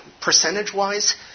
percentage-wise